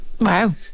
wow